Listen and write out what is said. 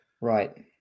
Right